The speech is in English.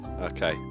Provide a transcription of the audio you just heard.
okay